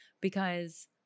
because-